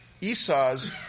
Esau's